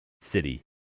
city